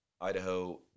Idaho